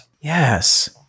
Yes